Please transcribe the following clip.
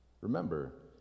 Remember